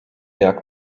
jak